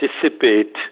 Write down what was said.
participate